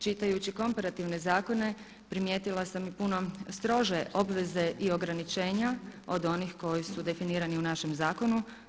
Čitajući komparativne zakone primijetila sam i puno strože obveze i ograničenja od onih koji su definirani u našem zakonu.